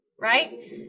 Right